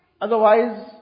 otherwise